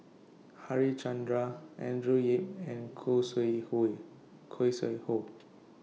Harichandra Andrew Yip and Khoo Sui Hoe